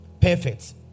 Perfect